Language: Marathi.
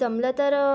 जमलं तर